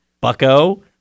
bucko